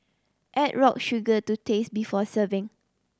add rock sugar to taste before serving